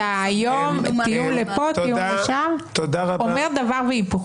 אתה היום טיעון לפה, טיעון לשם, אומר דבר והיפוכו.